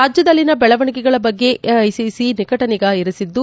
ರಾಜ್ಯದಲ್ಲಿನ ಬೆಳವಣಿಗೆಗಳ ಬಗ್ಗೆ ಎಐಸಿಸಿ ನಿಕಟ ನಿಗಾ ಇರಿಸಿದ್ದು